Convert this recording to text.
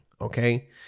Okay